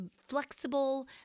flexible